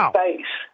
face